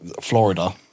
Florida